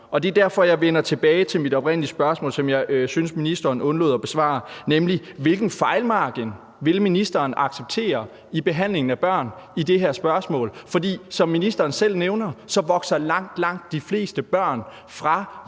Det er derfor, jeg vender tilbage til mit oprindelige spørgsmål, som jeg synes ministeren undlod at besvare, nemlig: Hvilken fejlmargen vil ministeren acceptere i behandlingen af børn i det her spørgsmål? For som ministeren selv nævner, vokser langt, langt de fleste børn fra